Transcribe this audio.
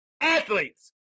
athletes